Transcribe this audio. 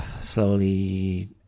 slowly